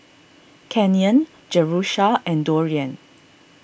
Canyon Jerusha and Dorian